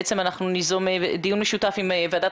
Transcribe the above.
בעצם אנחנו ניזום דיון משותף עם ועדת